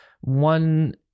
one